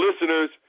listeners